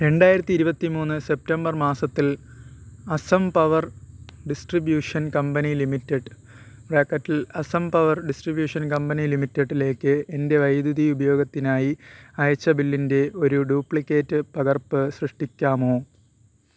രണ്ടായിരത്തി ഇരുപത്തി മൂന്ന് സെപ്റ്റംബർ മാസത്തിൽ Assam power distribution company limited ബ്രാക്കറ്റില് അസം പവര് ഡിസ്ട്രിബ്യൂഷൻ കമ്പനി ലിമിറ്റഡിലേക്ക് എന്റെ വൈദ്യുതി ഉപയോഗത്തിനായി അയച്ച ബില്ലിന്റെ ഒരു ഡ്യൂപ്ലിക്കേറ്റ് പകർപ്പ് സൃഷ്ടിക്കാമോ